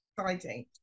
exciting